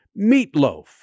Meatloaf